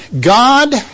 God